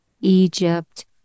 Egypt